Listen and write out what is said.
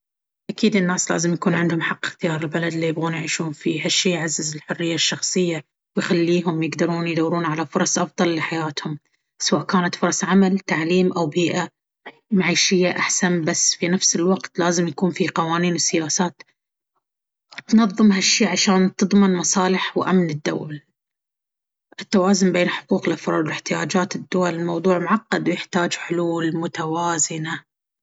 أكيد، الناس لازم يكون عندهم حق اختيار البلد اللي يبغون يعيشون فيه. هالشي يعزز الحرية الشخصية ويخليهم يقدرون يدورون على فرص أفضل لحياتهم، سواء كانت فرص عمل، تعليم، أو بيئة معيشية أحسن. بس في نفس الوقت، لازم يكون في قوانين وسياسات تنظم هالشي عشان تضمن مصالح وأمن الدول. التوازن بين حقوق الأفراد واحتياجات الدول موضوع معقد ويحتاج حلول متوازنة.